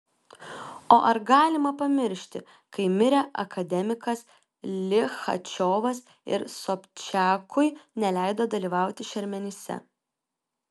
o ar galima pamiršti kai mirė akademikas lichačiovas ir sobčiakui neleido dalyvauti šermenyse